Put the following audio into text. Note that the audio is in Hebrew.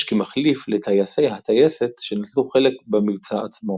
כמחליף לטייסי הטייסת שנטלו חלק במבצע עצמו.